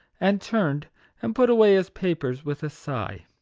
and turned and put away his papers with a sigh.